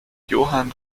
johann